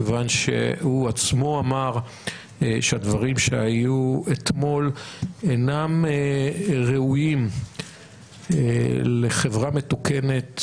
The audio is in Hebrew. כיוון שהוא עצמו אמר שהדברים שהיו אתמול אינם ראויים לחברה מתוקנת,